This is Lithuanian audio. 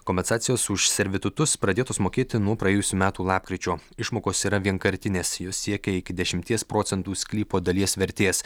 kompensacijos už servitutus pradėtos mokėti nuo praėjusių metų lapkričio išmokos yra vienkartinės jos siekia iki dešimties procentų sklypo dalies vertės